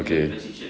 okay